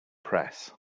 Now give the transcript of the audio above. press